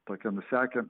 tokie nusekę